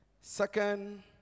Second